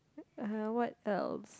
uh what else